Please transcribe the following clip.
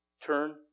Turn